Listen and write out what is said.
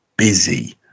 busy